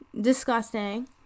disgusting